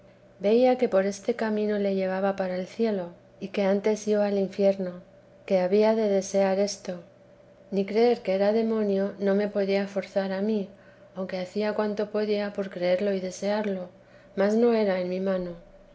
veía que por este camino le llevaba para e cielo y que antes iba al infierno que había de desear esto ni creer que era demonio no me podía forzar a mí aunque hacía cuanto podía por creerlo y desearlo mas no era en mi mano